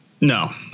No